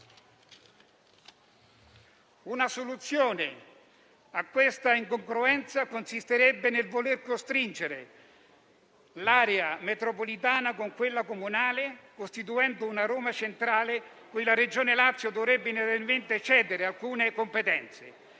Una soluzione a questa incongruenza consisterebbe nel voler costringere l'area metropolitana con quella comunale, costituendo una Roma centrale cui la Regione Lazio dovrebbe inevitabilmente cedere alcune competenze.